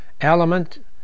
element